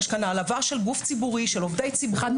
יש כאן העלבה של גוף ציבורי, של עובדי ציבור.